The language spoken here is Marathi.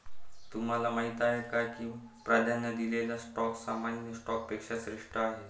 तुम्हाला माहीत आहे का की प्राधान्य दिलेला स्टॉक सामान्य स्टॉकपेक्षा श्रेष्ठ आहे?